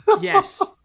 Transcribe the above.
Yes